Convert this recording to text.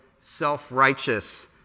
self-righteous